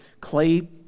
clay